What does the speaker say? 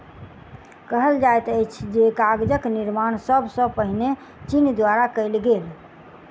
कहल जाइत अछि जे कागजक निर्माण सब सॅ पहिने चीन द्वारा कयल गेल